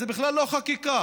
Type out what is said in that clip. זה בכלל לא חקיקה.